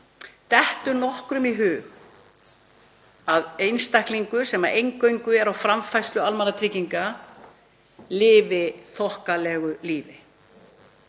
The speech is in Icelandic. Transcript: Dettur nokkrum í hug að einstaklingur sem eingöngu er á framfærslu almannatrygginga lifi þokkalegu lífi?